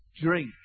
drink